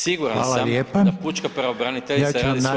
Siguran sam da pučka pravobraniteljica